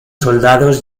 soldados